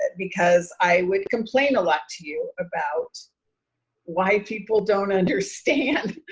ah because i would complain a lot to you about why people don't understand